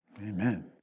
Amen